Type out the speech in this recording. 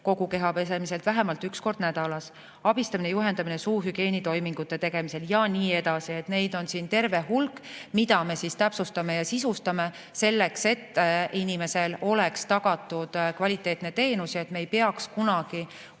kogu keha pesemisel vähemalt üks kord nädalas, abistamine-juhendamine suuhügieenitoimingute tegemisel ja nii edasi. Neid asju on siin terve hulk, mida me täpsustame ja sisustame selleks, et inimesele oleks tagatud kvaliteetne teenus ja et me ei peaks kunagi